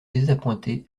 désappointé